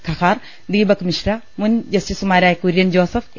ഖെഹാർ ദീപക് മിശ്ര മുൻ ജസ്റ്റിസുമാരായ കുര്യൻ ജോസഫ് എ